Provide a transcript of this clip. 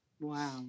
Wow